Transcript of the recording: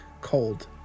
cold